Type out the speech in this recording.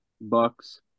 Bucks